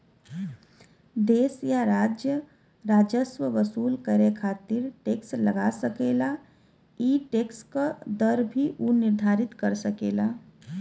देश या राज्य राजस्व वसूल करे खातिर टैक्स लगा सकेला ई टैक्स क दर भी उ निर्धारित कर सकेला